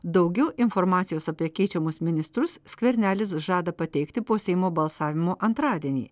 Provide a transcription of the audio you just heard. daugiau informacijos apie keičiamus ministrus skvernelis žada pateikti po seimo balsavimo antradienį